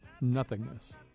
nothingness